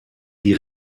die